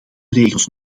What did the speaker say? regels